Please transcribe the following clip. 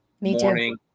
morning